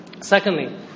Secondly